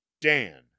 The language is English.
Dan